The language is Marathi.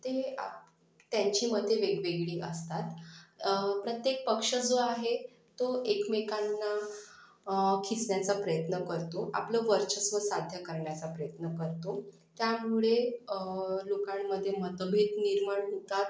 ते आ त्यांची मते वेगवेगळी असतात प्रत्येक पक्ष जो आहे तो एकमेकांना खेचण्याचा प्रयत्न करतो आपलं वर्चस्व साध्य करण्याचा प्रयत्न करतो त्यामुळे लोकांमध्ये मतभेद निर्माण होतात